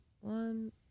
one